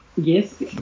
Yes